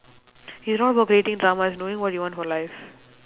it's not about creating drama it's knowing what you want for life